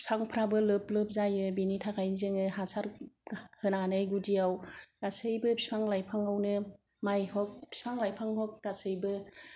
फिफांफ्राबो लोब लोब जायो बिनि थाखायनो जोङो हासार होनानै गुदिआव गासैबो फिफां लाइफङावनो माइ हग फिफां लाइफां हग गासैबो